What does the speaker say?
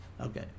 Okay